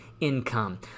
income